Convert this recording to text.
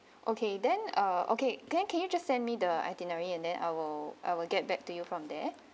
okay then uh okay then can you just send me the itinerary and then I will I will get back to you from there